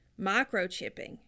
microchipping